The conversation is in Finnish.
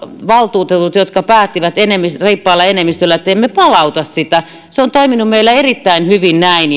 valtuutetut jotka päättivät reippaalla enemmistöllä että emme palauta sitä se on toiminut meillä erittäin hyvin näin